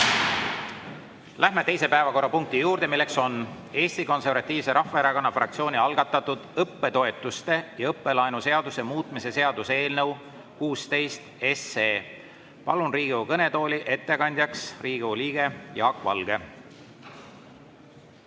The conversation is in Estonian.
Läheme teise päevakorrapunkti juurde, milleks on Eesti Konservatiivse Rahvaerakonna fraktsiooni algatatud õppetoetuste ja õppelaenu seaduse muutmise seaduse eelnõu 16 esimene lugemine. Palun Riigikogu kõnetooli ettekandjaks Riigikogu liikme Jaak Valge!